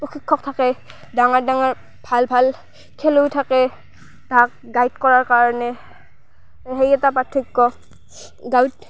প্ৰশিক্ষক থাকে ডাঙাৰ ডাঙাৰ ভাল ভাল খেলুৱৈ থাকে তাহাক গাইড কৰাৰ কাৰণে সেই এটা পাৰ্থক্য গাঁৱত